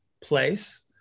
place